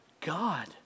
God